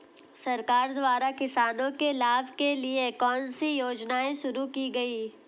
सरकार द्वारा किसानों के लाभ के लिए कौन सी योजनाएँ शुरू की गईं?